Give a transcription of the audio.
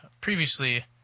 previously